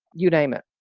you name it.